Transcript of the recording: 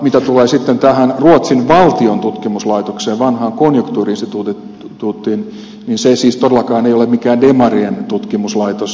mitä tulee sitten ruotsin valtion tutkimuslaitokseen vanhaan konjunkturinstitutetiin niin se ei siis todellakaan ole mikään demarien tutkimuslaitos ed